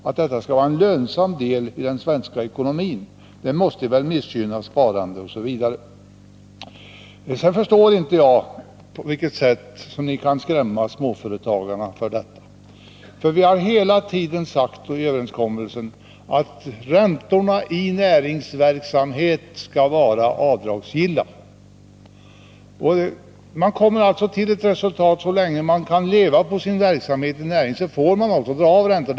Om det skall vara lönsamt att låna i den svenska ekonomin måste det väl missgynna sparande osv. Sedan förstår inte jag hur ni kan skrämma småföretagarna för detta. Vi tar hela tiden sagt, och det står i överenskommelsen, att räntor i näringsverksamhet skall vara avdragsgilla. Resultatet blir alltså att så länge man kan leva på sin verksamhet inom näringen får man dra av räntorna.